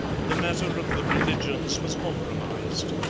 the matter of the religions was compromised.